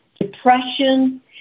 Depression